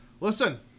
Listen